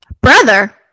brother